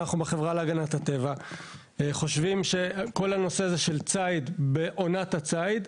אנחנו בחברה להגנת הטבע חושבים שכל הנושא הזה של ציד בעונת הציד,